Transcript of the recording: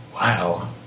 Wow